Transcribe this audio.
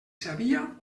sabia